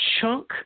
chunk